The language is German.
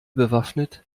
bewaffnet